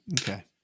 Okay